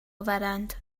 آورند